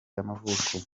y’amavuko